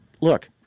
Look